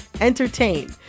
entertain